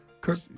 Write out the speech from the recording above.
Kirk